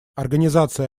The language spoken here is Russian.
организация